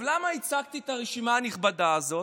עכשיו, למה הצגתי את הרשימה הנכבדה הזאת?